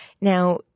Now